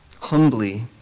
humbly